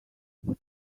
what